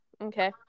Okay